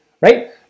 right